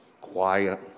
quiet